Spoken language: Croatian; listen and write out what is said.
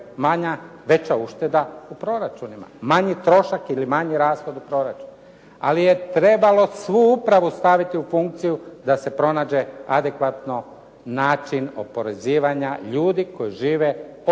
države veća ušteda u proračunima, manji trošak ili manji rashod u proračunu. Ali je trebalo svu upravu staviti u funkciju da se pronađe adekvatno način oporezivanja ljudi koji žive od